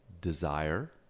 desire